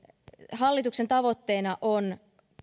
hallituksen tavoitteena on